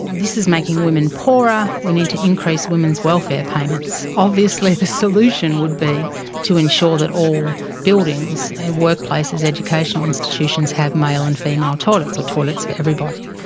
this is making women poorer. we need to increase women's welfare payments. obviously the solution would be to ensure that all buildings and workplaces, educational institutions have male and female toilets or toilets for everybody.